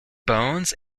bones